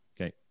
Okay